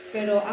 Pero